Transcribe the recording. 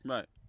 Right